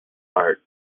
art